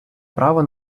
право